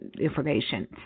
information